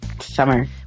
summer